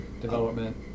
development